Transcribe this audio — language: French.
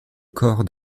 corps